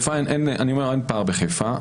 אין פער בחיפה.